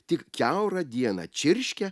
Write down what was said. tik kiaurą dieną čirškia